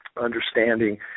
Understanding